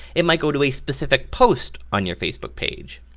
it might go to a specific post on your facebook page.